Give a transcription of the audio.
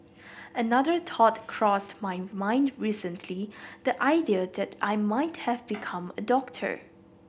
another thought crossed my mind recently the idea that I might have become a doctor